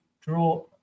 draw